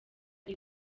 ari